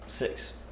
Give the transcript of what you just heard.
Six